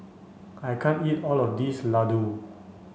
I can't eat all of this Ladoo